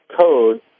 code